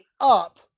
up